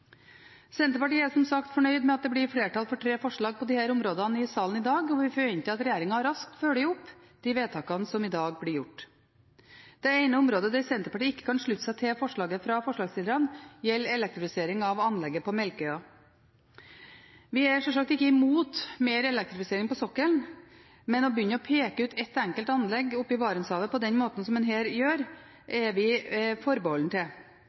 Senterpartiet er som sagt fornøyd med at det blir flertall for tre forslag til vedtak på disse områdene i salen i dag, og vi forventer at regjeringen raskt følger opp vedtakene som blir fattet. Det forslaget Senterpartiet ikke kan slutte seg til, er forslaget som gjelder elektrifisering av anlegget på Melkøya. Vi er sjølsagt ikke imot mer elektrifisering på sokkelen, men å begynne å peke ut et enkelt anlegg i Barentshavet på den måten som man gjør her, er vi forbeholden til.